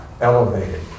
elevated